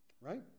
right